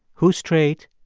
who's straight,